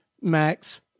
Max